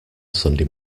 sunday